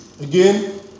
Again